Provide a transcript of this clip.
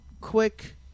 quick